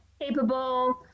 capable